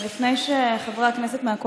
חברת הכנסת.